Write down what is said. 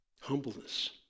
humbleness